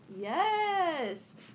Yes